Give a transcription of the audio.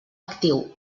actiu